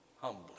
Humbly